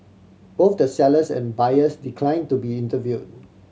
both the sellers and buyers decline to be interview